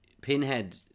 Pinhead